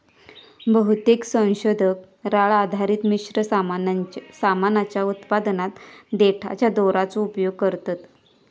बहुतेक संशोधक राळ आधारित मिश्र सामानाच्या उत्पादनात देठाच्या दोराचो उपयोग करतत